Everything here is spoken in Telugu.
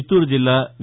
చిత్తూరు జిల్లా వి